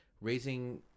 raising